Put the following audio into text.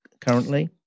currently